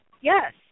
yes